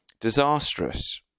disastrous